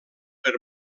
per